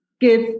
give